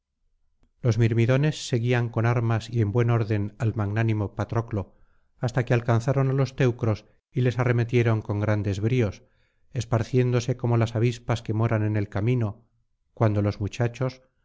los mirmidones seguían con armas y en buen orden al magnánimo patroclo hasta que alcanzaron á los teneros y les arremetieron con grandes bríos esparciéndose como las avispas que moran en el camino cuando los muchachos